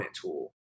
tool